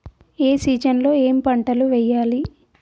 ఏ season లో ఏం పంటలు వెయ్యాలి?